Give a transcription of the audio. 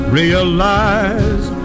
realize